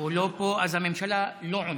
הוא לא פה, אז הממשלה לא עונה.